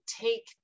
take